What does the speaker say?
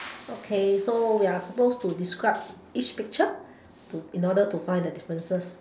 okay so we are suppose to describe each picture to in order to find the differences